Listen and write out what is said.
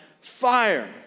fire